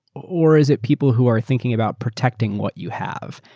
or is it people who are thinking about protecting what you have?